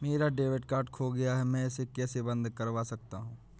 मेरा debit card खो गया है मैं इसे कैसे बंद करवा सकता हूँ?